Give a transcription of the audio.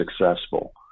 successful